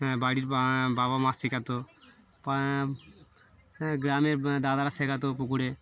হ্যাঁ বাড়ির বাবা মা শেখাতো হ্যাঁ গ্রামের দাদারা শেখাতো পুকুরে